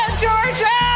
georgia!